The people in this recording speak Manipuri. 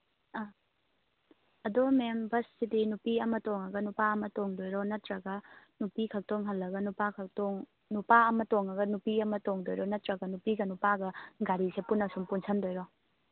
ꯑꯥ ꯑꯗꯣ ꯃꯦꯝ ꯕꯁꯁꯤꯗꯤ ꯅꯨꯄꯤ ꯑꯃ ꯇꯣꯡꯉꯒ ꯅꯨꯄꯥ ꯑꯃ ꯇꯣꯡꯗꯣꯏꯔꯣ ꯅꯠꯇ꯭ꯔꯒ ꯅꯨꯄꯤꯈꯛ ꯇꯣꯡꯍꯜꯂꯒ ꯅꯨꯄꯥꯈꯛ ꯅꯨꯄꯥ ꯑꯃ ꯇꯣꯡꯉꯒ ꯅꯨꯄꯤ ꯑꯃ ꯇꯣꯡꯗꯣꯏꯔꯣ ꯅꯠꯇ꯭ꯔꯒ ꯅꯨꯄꯤꯒ ꯅꯨꯄꯥꯒ ꯒꯥꯔꯤꯁꯦ ꯄꯨꯟꯅ ꯁꯨꯝ ꯄꯨꯟꯁꯤꯟꯗꯣꯏꯔꯣ